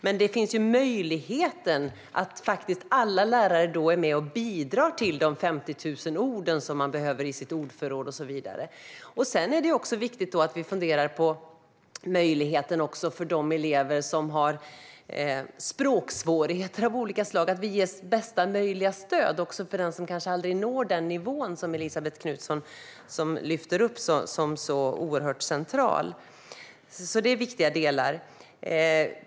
Men möjligheten finns att alla lärare är med och bidrar till de 50 000 ord som man behöver i sitt ordförråd och så vidare. Det är också viktigt att vi funderar på möjligheten för de elever som har språksvårigheter av olika slag. Det ska ges bästa möjliga stöd även till den som kanske aldrig når den nivå som Elisabet Knutsson lyfter upp som så oerhört central. Detta är viktiga delar.